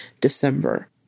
December